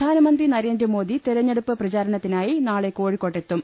പ്രധാനമന്ത്രി നരേന്ദ്രമോദി തെരെഞ്ഞെടുപ്പ് പ്രചാരണത്തി നായി നാളെ കോഴിക്കോട്ടെത്തും